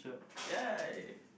shark die